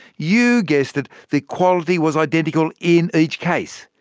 you guessed it, the quality was identical in each case.